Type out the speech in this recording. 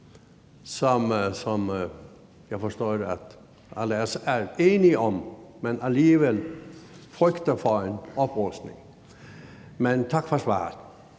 som jeg forstår at alle er enige om, men man frygter alligevel for en oprustning. Men tak for svaret.